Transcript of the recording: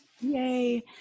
Yay